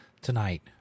tonight